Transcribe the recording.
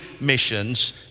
missions